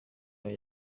yawe